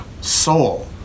soul